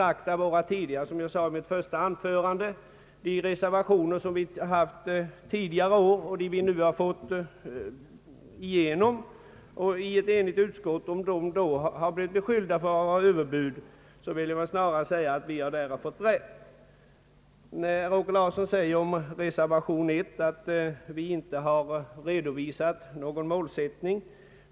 Jag vet inte om man kan betrakta de förslag vi lagt fram tidigare och som vi nu har fått igenom i utskottet som några överbud. Jag vill snarare säga att vi så småningom har fått rätt. Herr Larsson sade vidare om reservation 1 att reservanterna där inte redovisat någon målsättning.